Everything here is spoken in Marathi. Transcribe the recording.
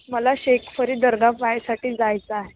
मला शेख फरीद दर्गा पाहाण्यासाठी जायचं आहे